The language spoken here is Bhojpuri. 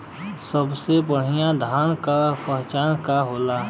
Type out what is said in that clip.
सबसे बढ़ियां धान का पहचान का होला?